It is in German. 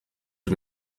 für